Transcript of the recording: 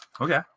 Okay